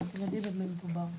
אז נבין במה מדובר.